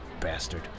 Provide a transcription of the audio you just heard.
bastard